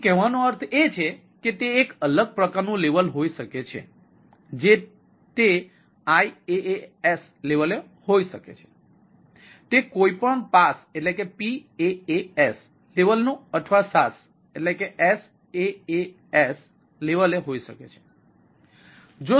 તેથી કહેવાનો અર્થ એ છે કે તે એક અલગ પ્રકારનું લેવલ હોઈ શકે છે જે તે IaaS લેવલે હોઈ શકે છે તે કોઈપણ PaaS લેવલનું અથવા SaaS લેવલે હોઈ શકે છે